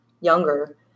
younger